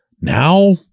Now